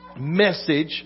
message